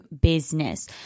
business